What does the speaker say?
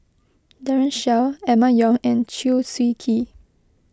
Daren Shiau Emma Yong and Chew Swee Kee